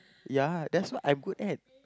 ya that's what I'm good at